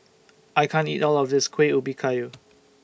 I can't eat All of This Kueh Ubi Kayu